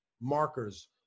markers